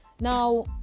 Now